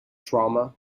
trauma